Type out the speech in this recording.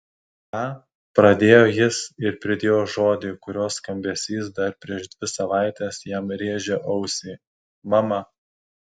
ką pradėjo jis ir pridėjo žodį kurio skambesys dar prieš dvi savaites jam rėžė ausį mama